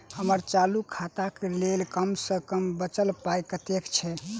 हम्मर चालू खाता लेल कम सँ कम बचल पाइ कतेक छै?